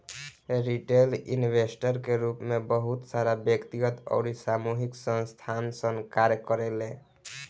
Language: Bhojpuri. रिटेल इन्वेस्टर के रूप में बहुत सारा व्यक्तिगत अउरी सामूहिक संस्थासन कार्य करेले